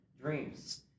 Dreams